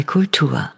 Kultur